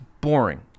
boring